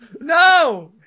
No